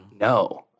No